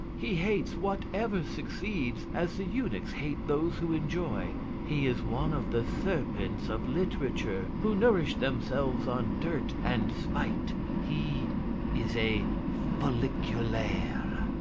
he hates whatever succeeds, as the eunuchs hate those who enjoy he is one of the serpents of literature who nourish themselves on dirt and spite he is a folliculaire.